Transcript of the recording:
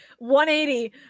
180